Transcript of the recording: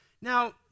Now